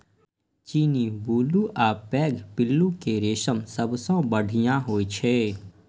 चीनी, बुलू आ पैघ पिल्लू के रेशम सबसं बढ़िया होइ छै